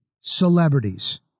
celebrities